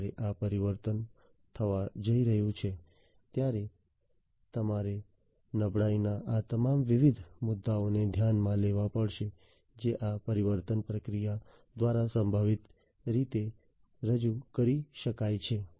જ્યારે આ પરિવર્તન થવા જઈ રહ્યું છે ત્યારે તમારે નબળાઈના આ તમામ વિવિધ મુદ્દાઓને ધ્યાનમાં લેવા પડશે જે આ પરિવર્તન પ્રક્રિયા દ્વારા સંભવિત રીતે રજૂ કરી શકાય છે